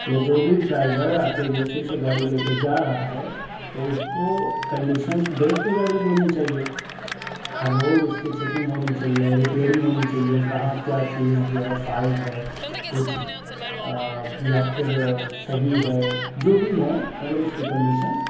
یا جو بھی ڈرائیور آپ کے ایجنسی سے گاڑی لے کے جا رہا ہے تو اس کو کنڈیشنز دیکھ کے گاڑی دینی چاہیے ہر روز اس کی چیکنگ ہونی چاہیے ریپیئرنگ ہونی چاہیے کہاں کیا چیز جو ہے فالٹ ہے کچھ یا پھر صحیح ہے جو بھی ہے مطلب اس کی کنڈیشنز